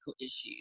issues